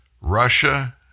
Russia